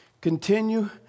Continue